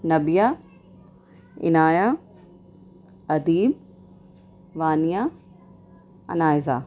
Nabiha Inaya Adeem Vania Anaiza